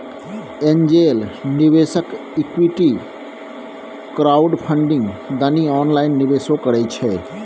angel निवेशक equity crowdfunding दनी online निवेशो करइ छइ